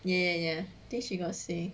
ya ya ya think she got say